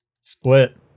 Split